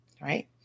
right